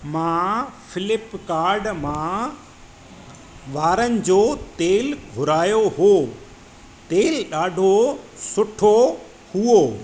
मां फ्लिपकाड मां वारनि जो तेल घुरायो हो तेल ॾाढो सुठो हुओ